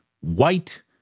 white